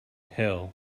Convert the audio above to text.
hell